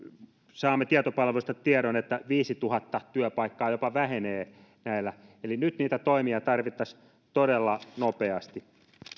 saamme tietopalvelusta tiedon että viisituhatta työpaikkaa jopa vähenee näillä eli nyt niitä toimia tarvittaisiin todella nopeasti